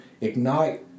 ignite